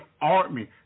army